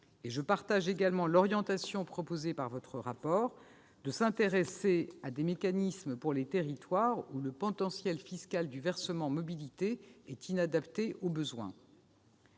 Je partage également l'orientation proposée par votre rapport de s'intéresser à des mécanismes pour les territoires où le potentiel fiscal du versement mobilité est inadapté aux besoins.